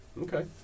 Okay